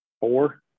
four